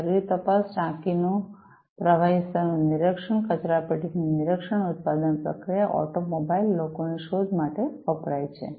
શરીર તપાસ ટાંકીનું પ્રવાહી સ્તરનું નિરીક્ષણ કચરાપેટીનું નિરીક્ષણ ઉત્પાદન પ્રક્રિયા ઓટોમોબાઈલ લોકો ની શોધ માટે વપરાય છે